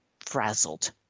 frazzled